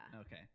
Okay